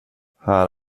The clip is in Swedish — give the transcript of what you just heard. här